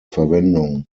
verwendung